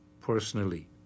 personally